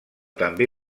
també